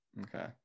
Okay